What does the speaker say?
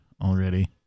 already